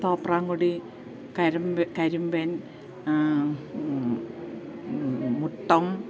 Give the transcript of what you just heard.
Thopramkudy Karamb Karimban Muttom